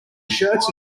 shirts